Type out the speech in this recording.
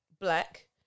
black